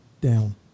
down